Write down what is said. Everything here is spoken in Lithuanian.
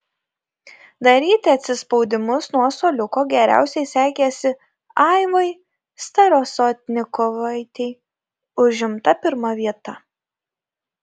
daryti atsispaudimus nuo suoliuko geriausiai sekėsi aivai starasotnikovaitei užimta pirma vieta